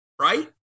Right